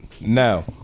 Now